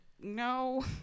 no